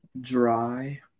dry